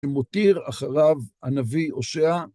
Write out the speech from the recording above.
שמותיר אחריו הנביא הושע.